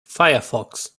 firefox